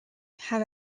have